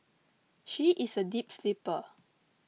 she is a deep sleeper